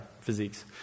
physiques